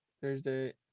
Thursday